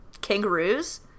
kangaroos